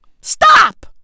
Stop